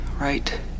right